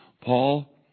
Paul